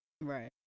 Right